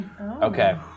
Okay